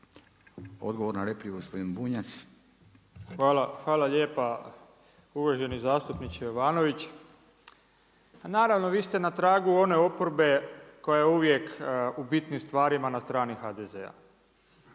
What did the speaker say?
Odgovor na repliku gospodin Bunjac. **Bunjac, Branimir (Živi zid)** Hvala lijepa uvaženi zastupniče Jovanović. A naravno vi ste na tragu one oporbe koja je uvijek u bitnim stvarima na strani HDZ-a.